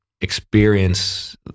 experience